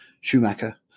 Schumacher